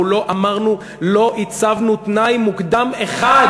אנחנו לא אמרנו, לא הצבנו תנאי מוקדם אחד.